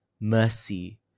mercy